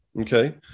Okay